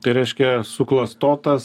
tai reiškia suklastotas